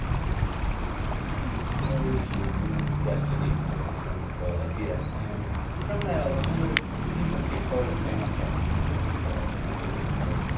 we can really forge a new destiny for this wonderful idea. and from that a lot of people came forward and said, ok, i can help with this part, i can help with this part.